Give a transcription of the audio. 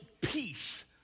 peace